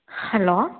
hello